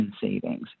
savings